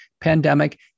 pandemic